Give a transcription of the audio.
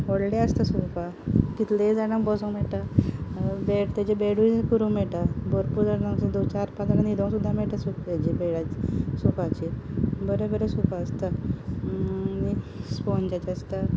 व्हडले आसता सोफा कितलेय जाणा बसोंक मेळटा बॅड तेजें बॅडूय करूंक मेळटा भरपूर जाणांक चार पांच जाणांक न्हिदों सुद्दां मेळटा हेजेर बेडांचेर सोफाचेर बरे बरे सोफा आसता आनी स्पोंजाचे आसता